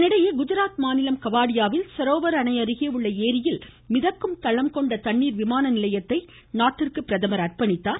பிரதமர் தொடர்ச்சி இதனிடையே குஜராத் மாநிலம் கவாடியாவில் சரோவர் அணை அருகே உள்ள ஏரியில் மிதக்கும் தளம் கொண்ட தண்ணீர் விமான நிலையத்தை நாட்டிற்கு அர்ப்பணித்தார்